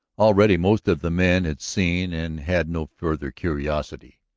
already most of the men had seen and had no further curiosity.